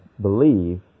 believe